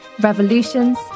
revolutions